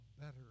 Better